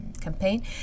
campaign